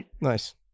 Nice